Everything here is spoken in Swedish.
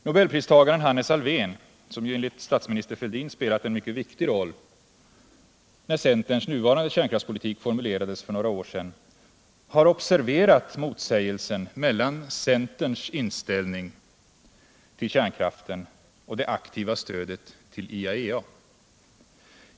Nobelpristagaren Hannes Alfvén, som ju enligt statsminister Fälldin spelat en mycket viktig roll när centerns nuvarande kärnkraftspolitik formulerades för några år sedan, har observerat motsägelsen mellan centerns inställning till kärnkraften och det aktiva stödet till IAEA.